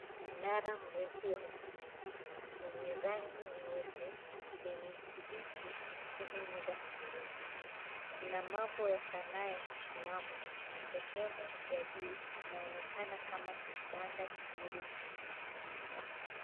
Mnara mrefu wa msikiti wenye rangi nyeupe, kijani kibichi, na sehemu za hudhurungi. Kuna mambo ya sanaa ya kiislamu na sehemu ya juu inaonekana kama kibanda kidogo chenye madirisha.